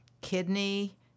kidney